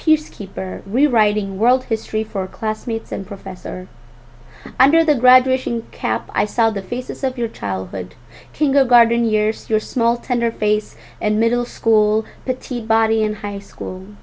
peacekeeper rewriting world history for classmates and professor under the graduation cap i saw the faces of your childhood kindergarden years your small tender face and middle school petite body in high school